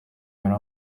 yari